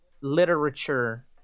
Literature